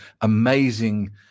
amazing